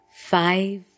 five